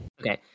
Okay